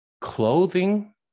clothing